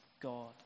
God